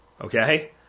Okay